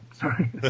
Sorry